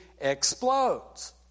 explodes